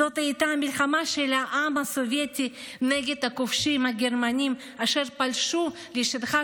זאת הייתה המלחמה של העם הסובייטי נגד הכובשים הגרמנים אשר פלשו לשטחה